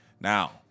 Now